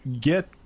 get